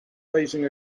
raising